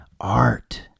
Art